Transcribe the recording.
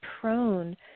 prone